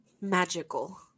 Magical